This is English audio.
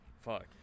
Fuck